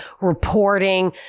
reporting